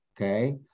Okay